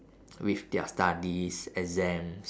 with their studies exams